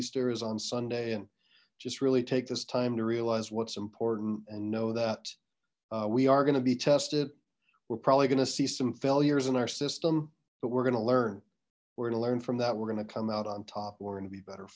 easter is on sunday and just really take this time to realize what's important and know that we are going to be tested we're probably going to see some failures in our system but we're gonna learn we're going to learn from that we're going to come out on top we're going to be better